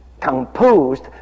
composed